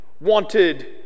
wanted